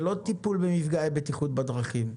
זה לא טיפול במפגעי בטיחות בדרכים.